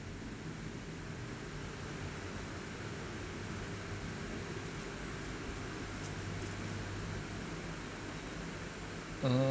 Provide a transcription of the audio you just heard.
mm